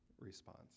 response